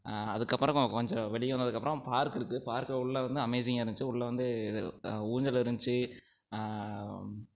அதுக்கப்புறமா கொஞ்சம் வெளியே வந்ததுக்கப்புறம் பார்க் இருக்குது பார்க்கு உள்ளே வந்து அமேஸிங்காக இருந்துச்சு உள்ளே வந்து இது ஊஞ்சல் இருந்துச்சு